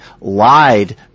lied